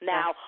Now